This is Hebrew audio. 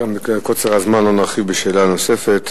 גם בגלל קוצר הזמן לא נרחיב בשאלה נוספת.